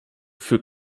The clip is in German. für